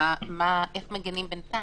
איך מגינים בינתיים?